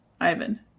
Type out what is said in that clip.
Ivan